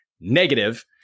negative